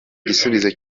igisubizo